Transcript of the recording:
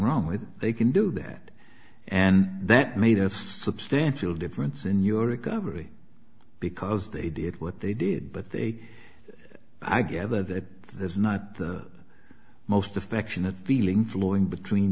wrong with they can do that and that made a substantial difference in your recovery because they did what they did but they i gather that this is not the most affectionate feeling flowing between